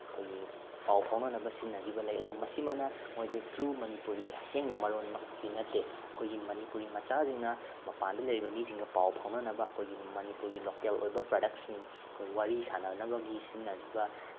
ꯑꯩꯈꯣꯏꯒꯤ ꯄꯥꯎ ꯐꯥꯎꯅꯅꯕ ꯁꯤꯖꯤꯟꯅꯈꯤꯕ ꯂꯩ ꯑꯗꯨꯕꯨ ꯃꯁꯤꯃꯛꯅ ꯃꯣꯏꯁꯦ ꯇ꯭ꯔꯨ ꯃꯅꯤꯄꯨꯔꯤ ꯑꯁꯦꯡꯕ ꯃꯔꯣꯟꯃꯛꯇꯤ ꯅꯠꯇꯦ ꯑꯩꯈꯣꯏꯒꯤ ꯃꯅꯤꯄꯨꯔꯤ ꯃꯆꯥꯁꯤꯡꯅ ꯃꯄꯥꯟꯗ ꯂꯩꯔꯤꯕ ꯃꯤꯁꯤꯡꯒ ꯄꯥꯎ ꯐꯥꯎꯅꯅꯕ ꯑꯩꯈꯣꯏꯒꯤ ꯃꯅꯤꯄꯨꯔꯒꯤ ꯂꯣꯀꯦꯜ ꯑꯣꯏꯕ ꯄ꯭ꯔꯗꯛꯁꯤꯡ ꯑꯩꯈꯣꯏ ꯋꯥꯔꯤ ꯁꯥꯟꯅꯅꯕꯒꯤ ꯁꯤꯖꯤꯟꯅꯈꯤꯕ